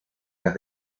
las